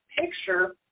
picture